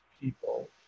people